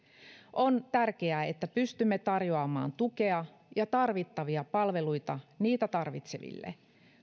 on tärkeää että pystymme tarjoamaan tukea ja tarvittavia palveluita niitä tarvitseville